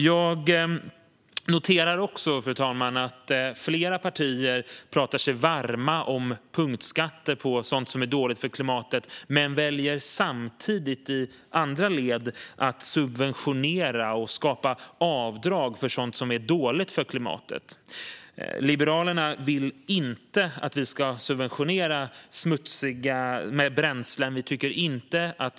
Jag noterar också, fru talman, att flera partier talar sig varma för punktskatter på sådant som är dåligt för klimatet men i andra led väljer att subventionera och skapa avdrag för just sådant. Liberalerna vill inte att vi ska subventionera smutsiga bränslen.